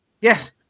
Yes